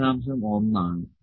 1 ആണ്